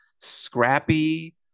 scrappy